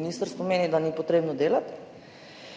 ministrstvo meni, da ni potrebno delati?